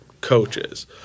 coaches